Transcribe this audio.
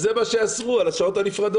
אז אני חושב שכדאי להכניס עוד שתי רובריקות,